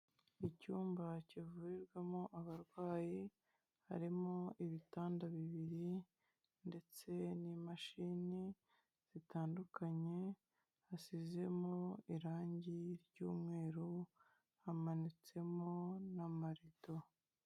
Icyumba kivurirwamo abarwayi, harimo ibitanda bibiri ndetse n'imashini zitandukanye hasizemo irangi ry'umweru hamanitsemo n'amarido.